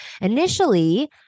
initially